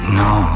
no